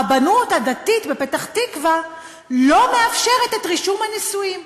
הרבנות בפתח-תקווה, לא מאפשרת את רישום הנישואין?